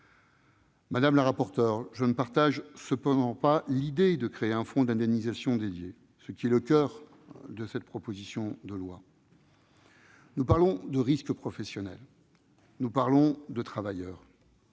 Madame la rapporteure, je ne partage cependant pas l'idée de créer un fonds d'indemnisation dédié, ce qui est le coeur de cette proposition de loi. Nous parlons de risques professionnels, nous parlons de travailleurs